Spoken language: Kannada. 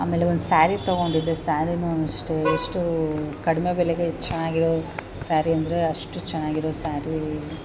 ಆಮೇಲೆ ಒಂದು ಸ್ಯಾರಿ ತಗೊಂಡಿದ್ದೆ ಸ್ಯಾರೀನೂ ಅಷ್ಟೇ ಎಷ್ಟು ಕಡಿಮೆ ಬೆಲೆಗೆ ಚೆನ್ನಾಗಿರೋ ಸ್ಯಾರಿ ಅಂದರೆ ಅಷ್ಟು ಚೆನ್ನಾಗಿರೋ ಸ್ಯಾರೀ